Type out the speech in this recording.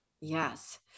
Yes